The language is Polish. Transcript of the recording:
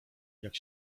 jak